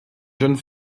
jeune